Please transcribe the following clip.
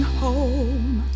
home